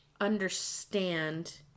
understand